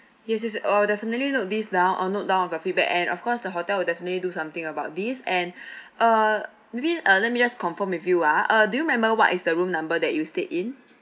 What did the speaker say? yes yes I'll definitely note this down or note down of your feedback and of course the hotel will definitely do something about this and uh maybe uh let me just confirm with you ah uh do you remember what is the room number that you stayed in